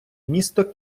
місто